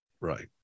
Right